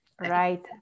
Right